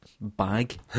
bag